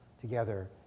together